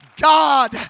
God